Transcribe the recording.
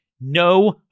No